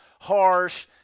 harsh